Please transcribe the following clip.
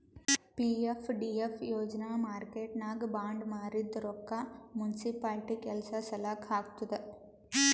PFDF ಯೋಜನಾ ಮಾರ್ಕೆಟ್ನಾಗ್ bond ಮಾರಿದ್ ರೊಕ್ಕಾ ಮುನ್ಸಿಪಾಲಿಟಿ ಕೆಲ್ಸಾ ಸಲಾಕ್ ಹಾಕ್ತುದ್